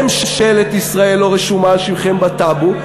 ממשלת ישראל לא רשומה על שמכם בטאבו,